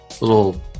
little